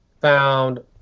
found